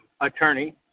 attorney